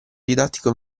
didattico